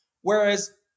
Whereas